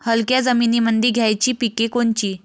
हलक्या जमीनीमंदी घ्यायची पिके कोनची?